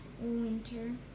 winter